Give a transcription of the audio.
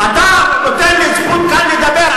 אתה נותן לי כאן זכות לדבר,